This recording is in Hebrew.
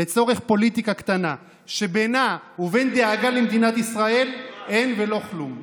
לצורך פוליטיקה קטנה שבינה ובין דאגה למדינת ישראל אין ולא כלום.